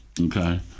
okay